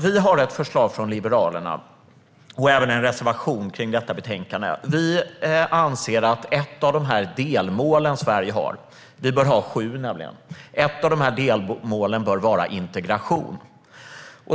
Vi har ett förslag från Liberalerna och även en reservation i detta betänkande. Vi anser att ett av de delmål som Sverige har - vi bör nämligen ha sju - bör vara integration.